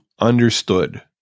understood